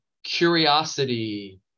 curiosity